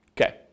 Okay